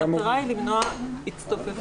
המטרה היא למנוע הצטופפות,